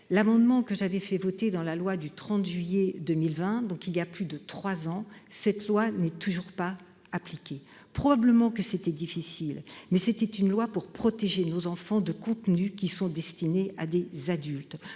l'amendement que j'avais fait voter dans la loi du 30 juillet 2020. Donc il y a plus de 3 ans, cette loi n'est toujours pas appliquée. Probablement que c'était difficile, mais c'était une loi pour protéger nos enfants de contenus qui sont destinés à des adultes.